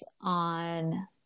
on